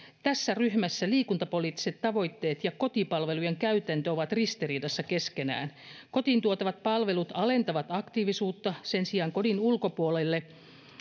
tässä ryhmässä liikuntapoliittiset tavoitteet ja kotipalvelujen käytäntö ovat ristiriidassa keskenään kotiin tuotavat palvelut alentavat aktiivisuutta sen sijaan kodin ulkopuolelle